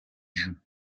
jeux